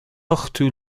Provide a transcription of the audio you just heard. ochtú